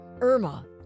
Irma